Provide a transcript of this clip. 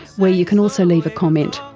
where you can also leave a comment.